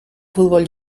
futbol